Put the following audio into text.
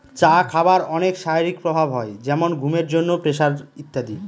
চা খাবার অনেক শারীরিক প্রভাব হয় যেমন ঘুমের জন্য, প্রেসার ইত্যাদি